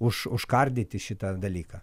už užkardyti šitą dalyką